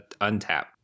untap